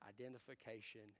identification